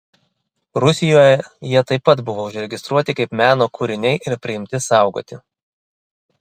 rusijoje jie taip pat buvo užregistruoti kaip meno kūriniai ir priimti saugoti